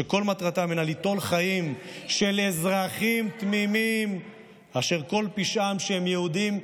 שכל מטרתם הינה ליטול חיים של אזרחים תמימים אשר כל פשעם שהם יהודים,